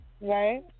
Right